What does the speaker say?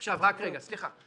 --- רק רגע, סליחה.